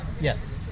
Yes